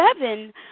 seven